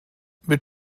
mit